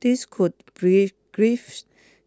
this could pave pave